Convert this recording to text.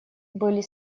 были